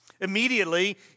Immediately